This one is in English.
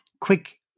quick